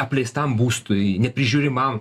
apleistam būstui neprižiūrimam